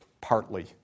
partly